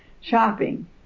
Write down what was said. shopping